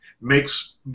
makes